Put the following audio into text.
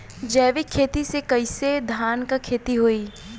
जैविक खेती से कईसे धान क खेती होई?